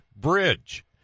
Bridge